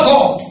God